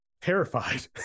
terrified